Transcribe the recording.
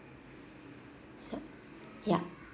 yup